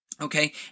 okay